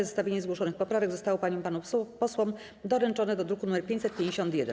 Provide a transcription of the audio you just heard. Zestawienie zgłoszonych poprawek zostało paniom i panom posłom doręczone do druku nr 551.